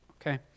okay